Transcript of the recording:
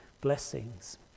blessings